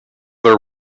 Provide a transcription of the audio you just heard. their